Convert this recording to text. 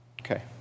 Okay